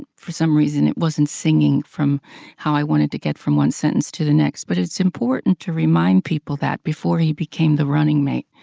for some reason, it wasn't singing from how i wanted to get from sentence to the next. but it's important to remind people that before he became the running mate,